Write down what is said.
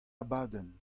abadenn